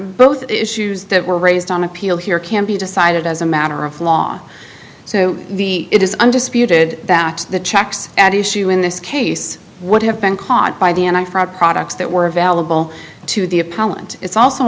both issues that were raised on appeal here can be decided as a matter of law so the it is undisputed fact the checks at issue in this case would have been caught by the end i for products that were available to the appellant it's also